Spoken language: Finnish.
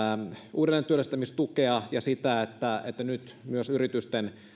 uudelleentyöllistämistukea ja sitä että nyt myös yritysten